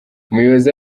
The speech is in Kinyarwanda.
umuyobozi